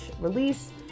release